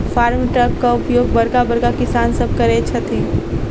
farm ट्रकक उपयोग बड़का बड़का किसान सभ करैत छथि